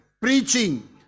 preaching